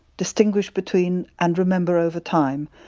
distinguish between and remember over time.